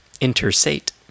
interstate